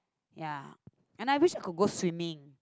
ya and I wish I could go swimming